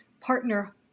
partner